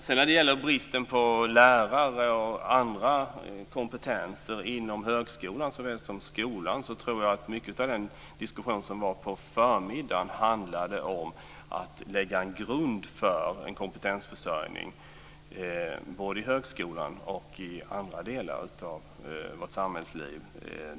Vad gäller bristen på lärare och andra kompetenser inom högskolan såväl som skolan handlade mycket av den diskussion som var i kammaren på förmiddagen om att lägga en grund för en kompetensförsörjning både i högskolan i andra delar av vårt samhällsliv.